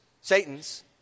Satan's